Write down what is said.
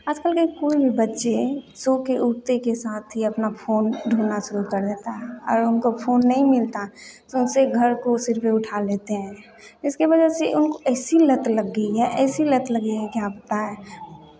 आज कल के कोई भी बच्चे सोके उठते के साथ ही अपना फोन ढूँढना शुरु कर देता है और उनको फोन नहीं मिलता तो उनसे घर को सिर पे उठा लेते हैं इसके वजह से उनको ऐसी लत गई है ऐसी लत लगी है क्या बताएँ